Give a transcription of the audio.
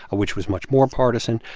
ah which was much more partisan.